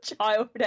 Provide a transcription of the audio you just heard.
child